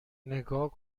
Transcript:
نگاه